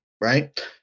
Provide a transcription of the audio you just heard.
Right